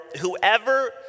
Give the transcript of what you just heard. whoever